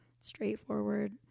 straightforward